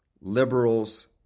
liberals